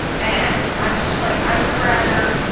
and i'm just like, i would rather,